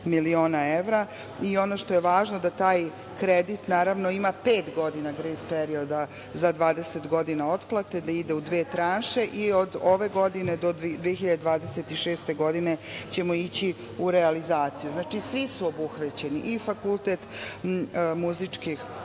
miliona evra. Ono što je važno da taj kredit naravno ima pet godina grejs period za 20 godina otplate da ide u dve tranše i od ove godine do 2026. godine ćemo ići u realizaciju. Znači, svi su obuhvaćeni i fakultet, Muzička